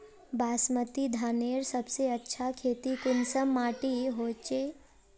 बासमती धानेर सबसे अच्छा खेती कुंसम माटी होचए?